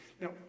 Now